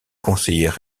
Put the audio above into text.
conseillers